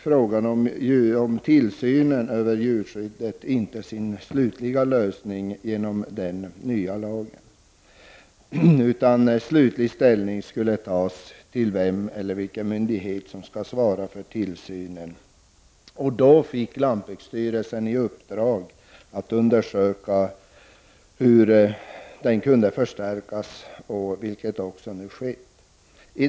Frågan om tillsynen av djurskyddet fick dock inte sin slutliga lösning genom den nya lagen. Slutlig ställning skulle därefter tas till frågan om vilken myndighet som hade att svara för tillsynen. Lantbruksstyrelsen fick i uppdrag att undersöka hur tillsynen kunde förstärkas, och det har man också gjort.